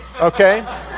okay